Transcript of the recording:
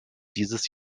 dieses